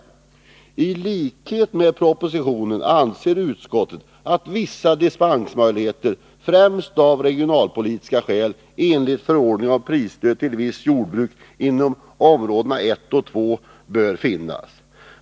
Tlikhet med vad som framförs i propositionen anser utskottet att det främst av regionalpolitiska skäl bör finnas dispensmöjligheter inom prisstödsområdena 1 och 2 enligt förordningen om prisstöd till vissa jordbruk.